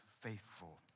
faithful